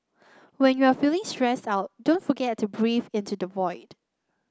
when you are feeling stressed out don't forget to breathe into the void